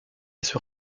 sur